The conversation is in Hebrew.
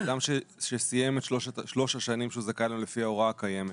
אדם שסיים את שלוש השנים שהוא זכאי להן לפי ההוראה הקיימת